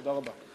תודה רבה.